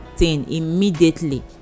Immediately